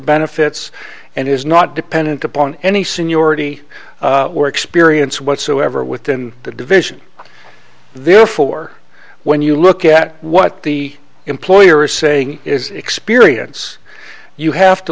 benefits and is not dependent upon any seniority or experience whatsoever within the division therefore when you look at what the employer is saying is experience you have to